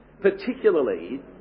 particularly